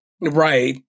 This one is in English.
Right